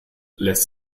lässt